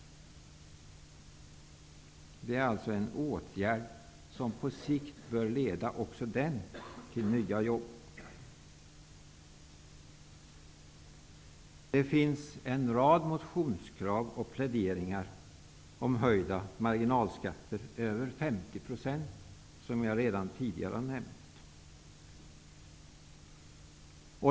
Det är alltså en åtgärd som även den på sikt bör leda till nya jobb. Det finns en rad motionskrav och pläderingar för höjda marginalskatter över 50 %, som jag redan tidigare har nämnt.